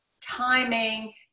timing